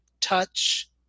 touch